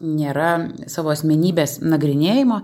nėra savo asmenybės nagrinėjimo